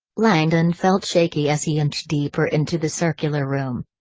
langdon felt shaky as he inched deeper into the circular room.